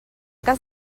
cas